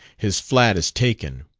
his flat is taken.